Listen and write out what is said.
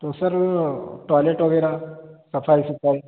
تو sir toilet وغیرہ صفائی ستھرائی